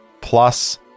plus